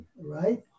right